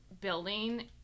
building